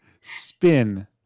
Spin